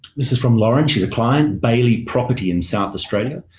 this is from lauren. she's a client, bailey property in south australia.